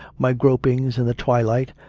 my gropings in the twilight,